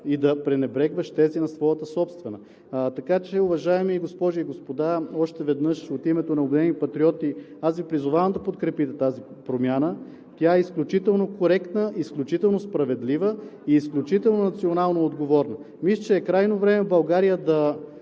и да пренебрегваш тези – на твоята собствена. Така че, уважаеми госпожи и господа, още веднъж от името на „Обединени патриоти“ аз Ви призовавам да подкрепим тази промяна. Тя е изключително коректна, справедлива, изключително националноотговорна. Мисля, че е крайно време България да